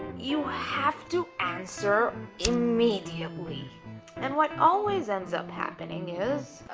you have to answer immediately and what always ends up happening is